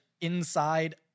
inside